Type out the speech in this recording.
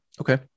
Okay